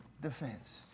defense